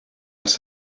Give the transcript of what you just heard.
ers